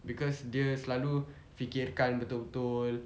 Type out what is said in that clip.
because dia selalu fikirkan betul-betul